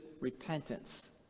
repentance